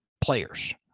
players